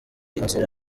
inzira